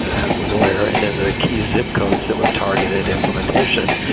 has a lawyer. and then the key zip codes that we've targeted implementation.